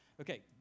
Okay